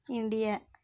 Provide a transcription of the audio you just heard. India